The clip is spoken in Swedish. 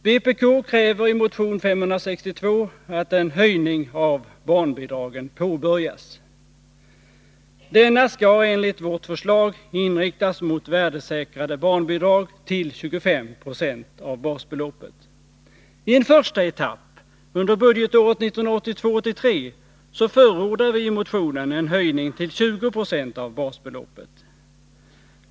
Vpk kräver i motion 562 att en höjning av barnbidragen påbörjas. Denna skall enligt vårt förslag inriktas mot värdesäkrade barnbidrag till 25 26 av basbeloppet. I en första etapp under budgetåret 1982/83 förordar vi i motionen en höjning till 20 26 av basbeloppet.